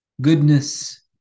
goodness